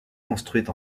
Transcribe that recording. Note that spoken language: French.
construite